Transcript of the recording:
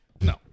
No